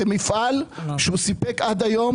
זה מפעל שסיפק עד היום